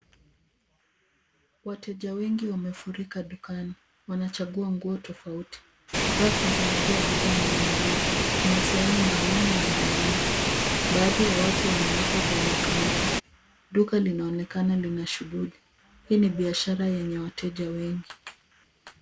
Wateja wengi wamefurika dukani. Wanachagua nguo tofauti. Rafu zimejaa bidhaa mbalimbali. Kuna sehemu maalum ya wanaume. Baadhi ya watu wanalipa kwenye counter . Duka linaonekana lina shughuli. Hii ni biashara yenye wateja wengi.